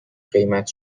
قیمت